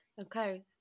okay